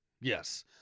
Yes